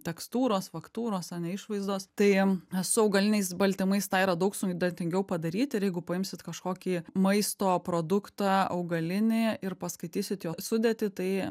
tekstūros faktūros ane išvaizdos tai su augaliniais baltymais tą yra daug sudėtingiau padaryti ir jeigu paimsit kažkokį maisto produktą augalinį ir paskaitysit jo sudėtį tai